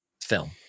film